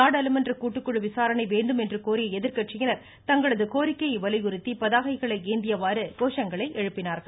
நாடாளுமன்ற கூட்டுக்குழு விசாரணை வேண்டும் என்று கோரிய எதிர்கட்சியினர் தங்களது கோரிக்கையை வலியுறுத்தி பதாகைகளை ஏந்தியவாறு கோஷங்களை எழுப்பினார்கள்